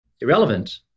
irrelevant